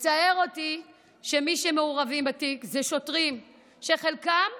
מצער אותי שמי שמעורבים בתיק זה שוטרים שחלקם,